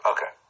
Okay